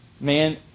man